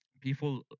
people